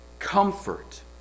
comfort